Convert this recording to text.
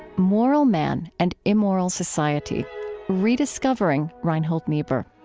moral man and immoral society rediscovering reinhold niebuhr.